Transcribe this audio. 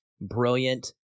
brilliant